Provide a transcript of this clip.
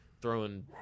throwing